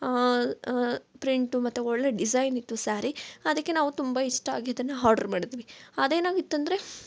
print ಮತ್ತು ಒಳ್ಳೆ design ಇತ್ತು ಸ್ಯಾರಿ ಅದಕ್ಕೆ ನಾವು ತುಂಬ ಇಷ್ಟ ಆಗಿ ಅದನ್ನು ಹಾರ್ಡ್ರ್ ಮಾಡಿದ್ವಿ ಅದೇನಾಗಿತ್ತಂದ್ರೆ